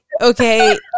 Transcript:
okay